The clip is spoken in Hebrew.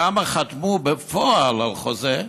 כמה חתמו בפועל על חוזה?